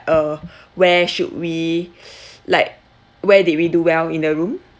uh where should we like where did we do well in the room